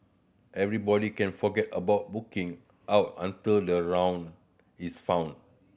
everybody can forget about booking out until the round is found